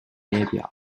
列表